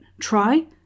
Try